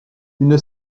une